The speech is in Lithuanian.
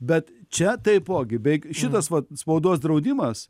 bet čia taipogi beveik šitas va spaudos draudimas